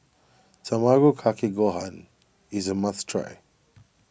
Tamago Kake Gohan is a must try